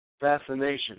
fascination